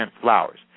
flowers